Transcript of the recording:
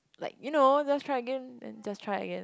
like you know just try again then just try again